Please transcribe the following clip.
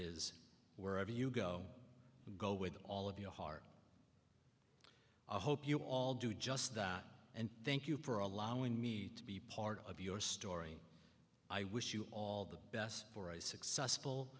is wherever you go go with all of your heart i hope you all do just that and thank you for allowing me to be part of your story i wish you all the best for a successful